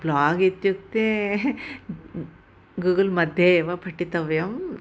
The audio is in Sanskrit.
ब्लाग् इत्युक्ते गूगल् मध्ये एव पठितव्यं